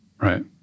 Right